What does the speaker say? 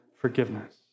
forgiveness